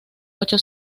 ocho